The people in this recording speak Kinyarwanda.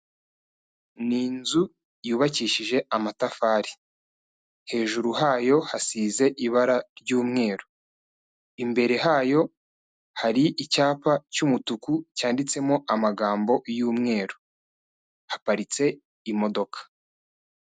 Ni izu yubakishije amatafari. Hejuru hayo hasize ibara ry'umweru, imbere hayo hari icyapa cy'umutuku cyanditsemo amagambo y'umweru. Haparitse imodoka.